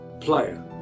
player